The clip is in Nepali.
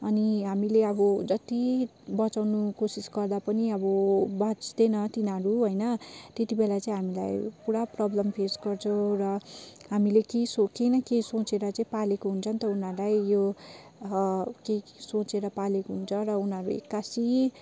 अनि हामीले अब जति बचाउनु कोसिस गर्दा पनि अब बाँच्दैन तिनीहरू होइन त्यत्ति बेला चाहिँ हामीलाई पुरा प्रब्लम फेस गर्छौँ र हामीले केही सोच केही न केही सोचेर चाहिँ पालेको हुन्छ नि त उनीहरूलाई यो केही सोचेर पालेको हुन्छ र उनीहरू एक्कासि